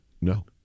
No